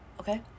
okay